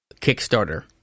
Kickstarter